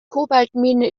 kobaltmine